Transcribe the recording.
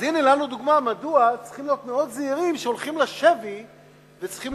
אז הנה לנו דוגמה מדוע צריכים להיות מאוד זהירים כשהולכים לשבי וצריכים